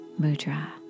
mudra